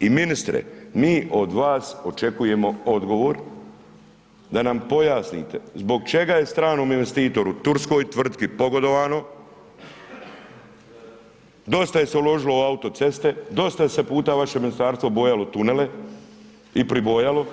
I ministre, mi od vas očekujemo odgovor da nam pojasnite zbog čega je stranom investitoru turskoj tvrtki pogodovano, dosta se je uložilo u autoceste, dosta se puta vaše ministarstvo bojalo tunele i pribojalo,